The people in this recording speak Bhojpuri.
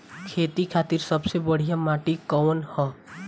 खेती खातिर सबसे बढ़िया माटी कवन ह?